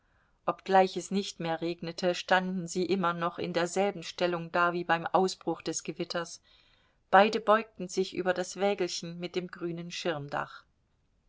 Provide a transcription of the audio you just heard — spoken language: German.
obgleich es nicht mehr regnete standen sie immer noch in derselben stellung da wie beim ausbruch des gewitters beide beugten sie sich über das wägelchen mit dem grünen